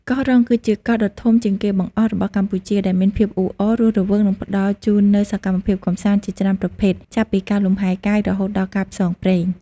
កោះរ៉ុង គឺជាកោះដ៏ធំជាងគេបង្អស់របស់កម្ពុជា ដែលមានភាពអ៊ូអរ រស់រវើក និងផ្តល់ជូននូវសកម្មភាពកម្សាន្តជាច្រើនប្រភេទ ចាប់ពីការលំហែរកាយ រហូតដល់ការផ្សងព្រេង។